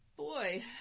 Boy